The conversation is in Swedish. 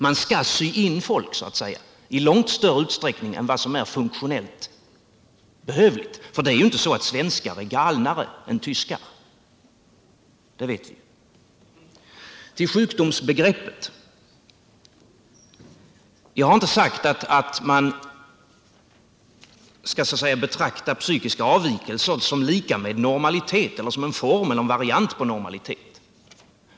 Man skall så att säga sy in folk i långt större utsträckning än vad som är funktionellt behövligt, för det är ju inte så att svenskar är galnare än tyskar — det vet vi. Till sjukdomsbegreppet! Jag har inte sagt att man skall betrakta psykiska avvikelser som lika med normalitet eller som en variant på normalitet.